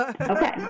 Okay